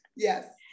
Yes